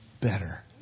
better